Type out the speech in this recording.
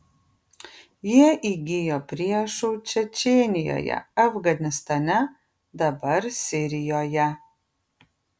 jie įgijo priešų čečėnijoje afganistane dabar sirijoje